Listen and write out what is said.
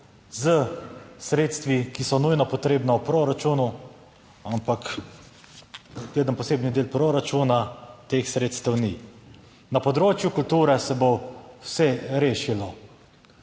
s sredstvi, ki so nujno potrebna v proračunu ampak gledam posebni del proračuna, teh sredstev ni. Na področju kulture se bo vse rešilo.